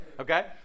Okay